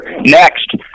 next